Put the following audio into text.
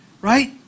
right